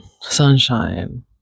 sunshine